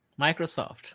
Microsoft